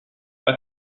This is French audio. pas